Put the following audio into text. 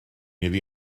iddi